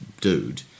dude